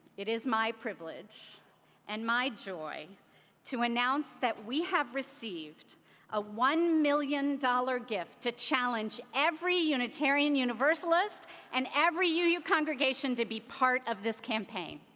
it is my privilege and my joy to announce that we have received a one million dollars gift to challenge every unitarian universalist and every yeah uu congregation to be part of this campaign.